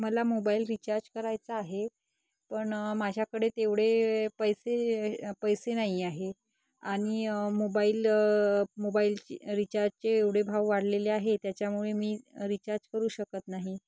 मला mobile recharge करायचा आहे पण माझ्याकडे तेवढे पैसे पैसे नाही आहे आणि मोबाईल मोबाईलचे रिचार्जचे एवढे भाव वाढलेले आहे त्याच्यामुळे मी रिचार्ज करू शकत नाही